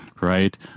right